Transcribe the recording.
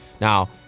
Now